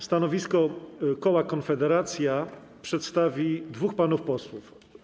Stanowisko koła Konfederacja przedstawi dwóch panów posłów.